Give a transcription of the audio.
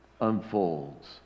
unfolds